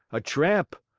a tramp,